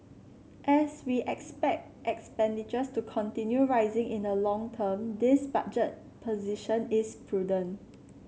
as we expect expenditures to continue rising in the long term this budget position is prudent